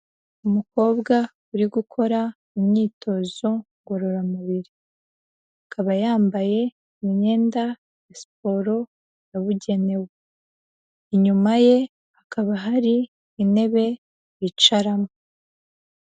Umukobwa uri gukora imyitozo ngororamubiri, akaba yambaye imyenda ya siporo yabugenewe, inyuma ye hakaba hari intebe bicaramo.